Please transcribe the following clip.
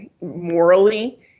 morally